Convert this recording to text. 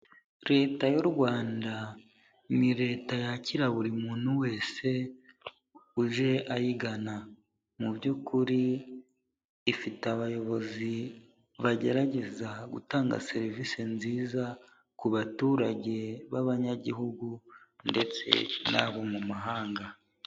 Leta y'u Rwanda ni leta yakira buri muntu wese uje ayigana, mu by'ukuri ifite abayobozi bagerageza gutanga serivisi nziza ku baturage b'abanyagihugu ndetse n'abo mu mahanga.